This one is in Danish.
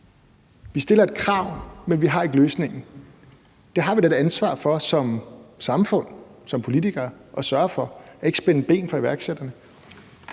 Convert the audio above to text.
Vi stiller et krav, men vi har ikke løsningen. Det har vi da som samfund og som politikere et ansvar for at sørge for, nemlig at vi ikke spænder ben for iværksætterne.